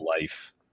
life